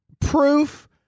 proof